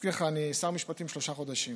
אני מזכיר לך, אני שר משפטים שלושה חודשים.